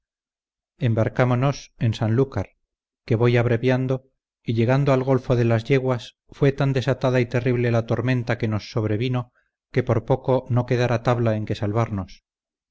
embarcámonos en sanlúcar que voy abreviando y llegando al golfo de las yeguas fue tan desatada y terrible la tormenta que nos sobrevino que por poco no quedara tabla en que salvarnos